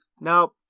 Now